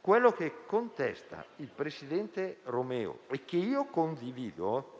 Quello che contesta il presidente Romeo, e che io condivido...